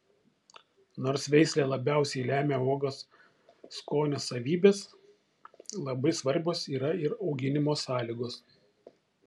nors veislė labiausiai lemia uogos skonio savybes labai svarbios yra ir auginimo sąlygos